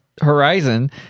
Horizon